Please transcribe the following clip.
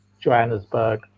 Johannesburg